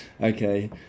Okay